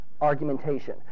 Argumentation